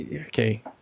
okay